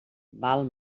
val